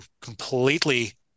completely